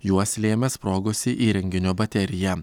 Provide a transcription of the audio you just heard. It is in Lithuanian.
juos lėmė sprogusi įrenginio baterija